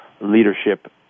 leadership